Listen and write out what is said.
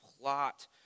plot